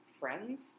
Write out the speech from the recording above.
friends